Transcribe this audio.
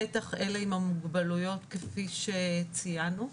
בטח אלה עם המוגבלויות כפי שציינו.